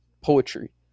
poetry